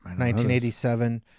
1987